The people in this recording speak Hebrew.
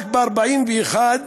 רק ב-41,